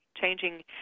changing